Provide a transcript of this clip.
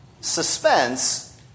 suspense